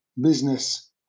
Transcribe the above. business